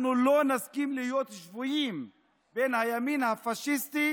אנחנו לא נסכים להיות שבויים בין הימין הפשיסטי